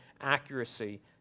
accuracy